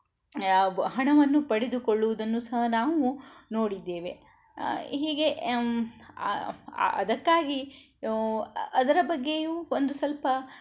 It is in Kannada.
ಹಣವನ್ನು ಪಡೆದುಕೊಳ್ಳುವುದನ್ನೂ ಸಹ ನಾವು ನೋಡಿದ್ದೇವೆ ಹೀಗೆ ಅದಕ್ಕಾಗಿ ಅದರ ಬಗ್ಗೆಯೂ ಒಂದು ಸ್ವಲ್ಪ